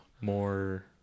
More